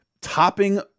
topping